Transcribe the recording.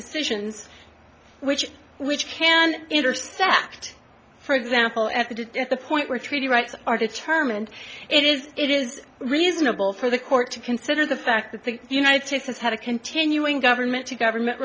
decisions which which can intersect for example at the to the point where treaty rights are determined it is it is reasonable for the court to consider the fact that the united states has had a continuing government to government